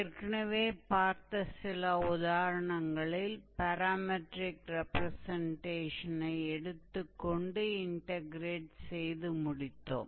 ஏற்கெனவே பார்த்த சில உதாரணங்களில் பாராமெட்ரிக் ரெப்ரசன்டேஷனை எடுத்துக்கொண்டு இன்டக்ரேட் செய்து முடித்தோம்